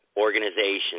organization